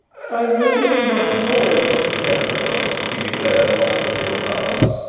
i really do not know, mr. carrados, he declared loftily at last.